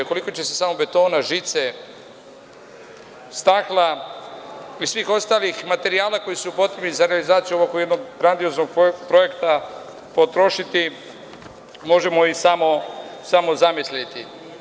Koliko će se samo betona, žice, stakla i svih ostalih materijala koji su potrebni za realizaciju ovakvog jednog grandioznog projekta, potrošiti i možemo samo zamisliti.